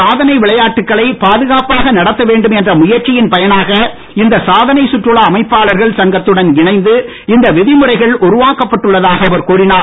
சாதனை விளையாட்டுகளை பாதுகாப்பாக நடத்த வேண்டும் என்ற முயற்சியின் பயனாக இந்திய சாதனை கற்றுலா அமைப்பாளர்கள் சங்கத்துடன் இணைந்து இந்த விதிமுறைகள் உருவாக்கப்பட்டுள்ளதாக அவர் கூறினார்